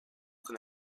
con